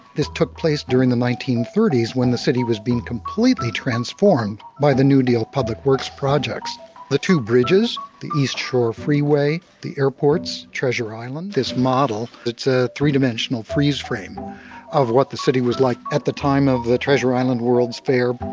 this took place during the nineteen thirty s when the city was being completely transformed by the new deal public works projects the two bridges, the eastshore freeway, the airports, treasure island. this model it's a three-dimensional freeze-frame of what the city was like at the time of the treasure island world's fair,